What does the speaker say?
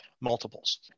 multiples